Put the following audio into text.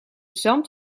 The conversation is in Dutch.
zand